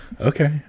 Okay